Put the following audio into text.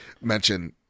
mention